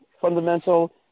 fundamental